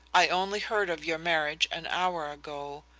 i only heard of your marriage an hour ago.